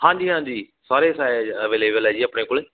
ਹਾਂਜੀ ਹਾਂਜੀ ਸਾਰੇ ਸਾਇਜ਼ ਅਵੇਲੇਬਲ ਹੈ ਜੀ ਆਪਣੇ ਕੋਲ